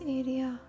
area